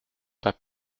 pas